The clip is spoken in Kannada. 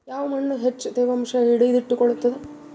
ಯಾವ್ ಮಣ್ ಹೆಚ್ಚು ತೇವಾಂಶ ಹಿಡಿದಿಟ್ಟುಕೊಳ್ಳುತ್ತದ?